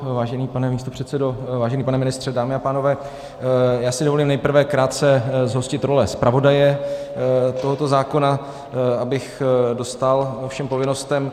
Vážený pane místopředsedo, vážený pane ministře, dámy a pánové, já si dovolím se nejprve krátce zhostit role zpravodaje tohoto zákona, abych dostál všem povinnostem.